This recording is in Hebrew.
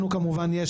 כמובן שגם לנו יש,